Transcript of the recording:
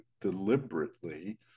deliberately